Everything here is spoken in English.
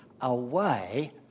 away